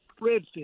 redfish